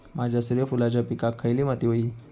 माझ्या सूर्यफुलाच्या पिकाक खयली माती व्हयी?